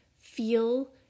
feel